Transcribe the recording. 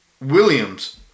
Williams